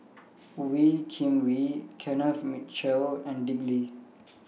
Wee Kim Wee Kenneth Mitchell and Dick Lee